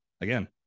Again